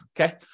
okay